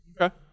Okay